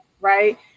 right